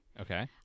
okay